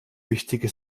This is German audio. wichtige